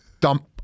dump